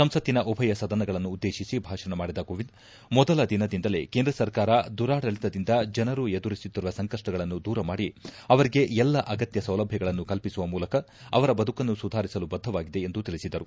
ಸಂಸತ್ತಿನ ಉಭಯ ಸದನಗಳನ್ನು ಉದ್ದೇಶಿಸಿ ಭಾಷಣ ಮಾಡಿದ ಕೋವಿಂದ್ ಮೊದಲ ದಿನದಿಂದಲೇ ಕೇಂದ್ರ ಸರ್ಕಾರ ದುರಾಡಳಿತದಿಂದ ಜನರು ಎದುರಿಸುತ್ತಿರುವ ಸಂಕಷ್ಟಗಳನ್ನು ದೂರ ಮಾಡಿ ಅವರಿಗೆ ಎಲ್ಲ ಅಗತ್ತ ಸೌಲಭ್ಯಗಳನ್ನು ಕಲ್ಪಿಸುವ ಮೂಲಕ ಅವರ ಬದುಕನ್ನು ಸುಧಾರಿಸಲು ಬದ್ಧವಾಗಿದೆ ಎಂದು ತಿಳಿಸಿದರು